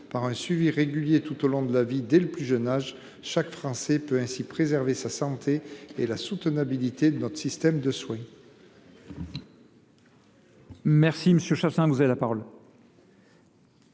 Par un suivi régulier tout au long de la vie dès le plus jeune âge, chaque Français peut ainsi préserver sa santé et la soutenabilité de notre système de soins.